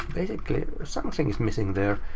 something is missing there.